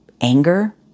anger